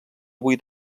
avui